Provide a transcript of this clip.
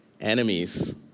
enemies